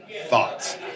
thoughts